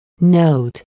note